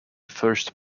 first